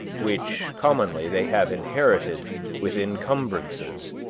which commonly they have inherited with encumbrances,